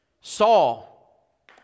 Saul